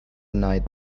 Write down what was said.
night